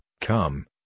come